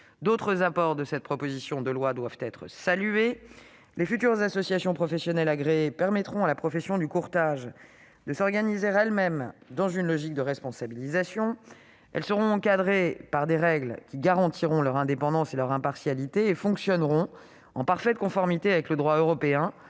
D'autres apports de cette proposition de loi doivent être salués. Les futures associations professionnelles agréées permettront à la profession du courtage de s'organiser elle-même dans une logique de responsabilisation. Elles seront encadrées par des règles qui garantiront leur indépendance et leur impartialité. Elles fonctionneront en parfaite conformité avec le droit européen,